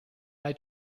eye